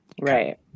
Right